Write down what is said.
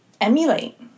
emulate